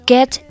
Get